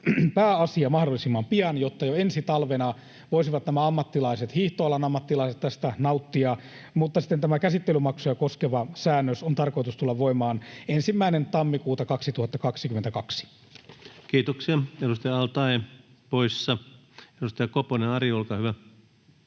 voimaan mahdollisimman pian, jotta jo ensi talvena voisivat hiihtoalan ammattilaiset tästä nauttia, mutta sitten tämän käsittelymaksuja koskevan säännöksen on tarkoitus tulla voimaan 1. tammikuuta 2022. Kiitoksia. — Edustaja al-Taee poissa. — Edustaja Koponen Ari, olkaa hyvä.